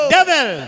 devil